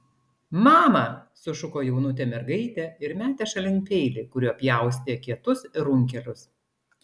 mama sušuko jaunutė mergaitė ir metė šalin peilį kuriuo pjaustė kietus runkelius